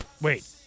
Wait